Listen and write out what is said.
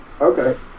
Okay